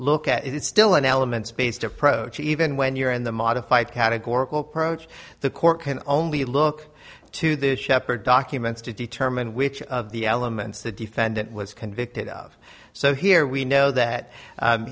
look at it it's still an elements based approach even when you're in the modified categorical prochoice the court can only look to the shepherd documents to determine which of the elements the defendant was convicted of so here we know that